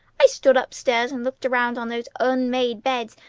i stood up-stairs and looked around on those unmade beds,